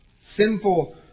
sinful